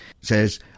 says